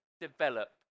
develop